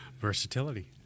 Versatility